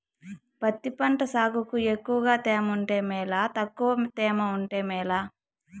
పత్తి పంట సాగుకు ఎక్కువగా తేమ ఉంటే మేలా తక్కువ తేమ ఉంటే మేలా?